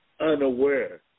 unaware